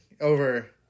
Over